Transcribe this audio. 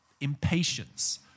impatience